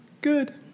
Good